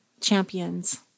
champions